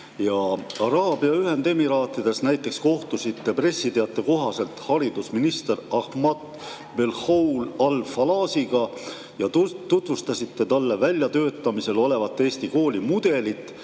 Araabia Ühendemiraatides näiteks kohtusite pressiteate kohaselt haridusminister Ahmad Belhoul Al Falasiga ja tutvustasite talle väljatöötamisel olevat Eesti koolimudelit,